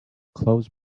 close